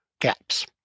gaps